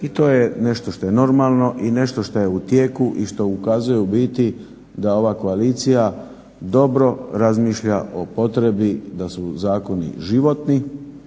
I to je nešto što je normalno i nešto što je u tijeku i što ukazuje u biti da ova koalicija dobro razmišlja o potrebi da su zakoni životni,